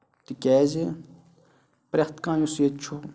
تِکیازِ پرٮ۪تھ کانٛہہ یُس یتہِ چھُ